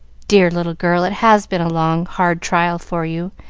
dear little girl, it has been a long, hard trial for you,